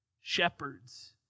shepherds